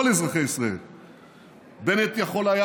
ועוד וריאנט קל יחסית.